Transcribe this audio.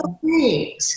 great